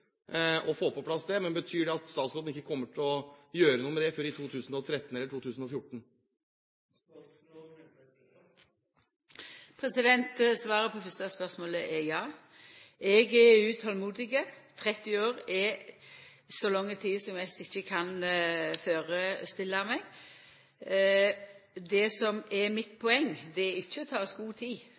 Betyr det at statsråden ikke kommer til å gjøre noe med det før i 2013 eller 2014? Svaret på det fyrste spørsmålet er ja. Eg er utolmodig. 30 år er så lang tid at eg mest ikkje kan sjå det for meg. Det som er mitt poeng, er ikkje å ta oss god tid